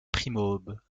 primaube